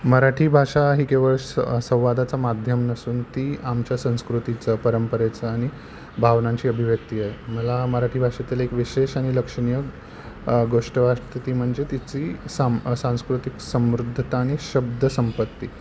मराठी भाषा ही केवळ स संवादाचा माध्यम नसून ती आमच्या संस्कृतीचं परंपरेचं आणि भावनांची अभिव्यक्ती आहे मला मराठी भाषेतील एक विशेष आणि लक्षणीय गोष्ट वाटते ती म्हणजे तिची साम सांस्कृतिक समृद्धता आणि शब्द संपत्ती